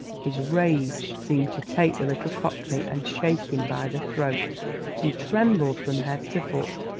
his rage seemed to take the little cockney and shake him by the throat he trembled from head to foot,